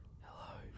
Hello